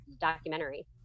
documentary